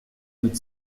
mit